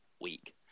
week